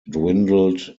dwindled